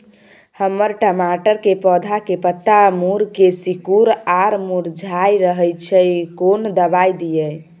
हमर टमाटर के पौधा के पत्ता मुड़के सिकुर आर मुरझाय रहै छै, कोन दबाय दिये?